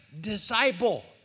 disciple